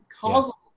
Causal